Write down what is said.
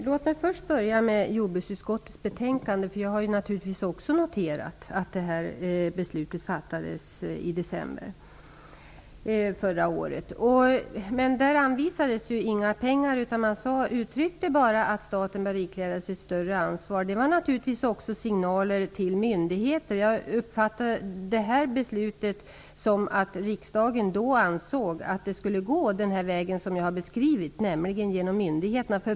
Herr talman! Låt mig börja med jordbruksutskottets betänkande. Jag har naturligtvis också noterat att det här beslutet fattades i december förra året. Det anvisades dock inga pengar. Man uttryckte bara att staten bör ikläda sig ett större ansvar. Det var naturligtvis också signaler till myndigheter. Jag uppfattade detta beslut som att riksdagen då ansåg att det skulle gå den väg som jag har beskrivit, nämligen genom myndigheterna.